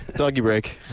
doggy break.